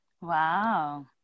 Wow